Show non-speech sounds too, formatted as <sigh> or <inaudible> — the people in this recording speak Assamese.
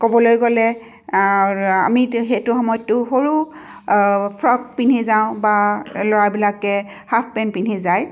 ক'বলৈ গ'লে আমি <unintelligible> সেইটো সময়টো সৰু ফ্ৰক পিন্ধি যাওঁ বা ল'ৰাবিলাকে হাফ পেণ্ট পিন্ধি যায়